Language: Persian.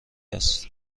است